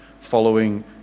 following